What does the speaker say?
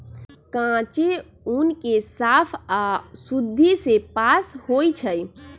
कांचे ऊन के साफ आऽ शुद्धि से पास होइ छइ